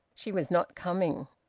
she was not coming.